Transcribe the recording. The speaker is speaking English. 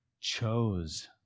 chose